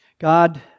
God